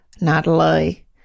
natalie